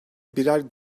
birer